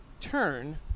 turn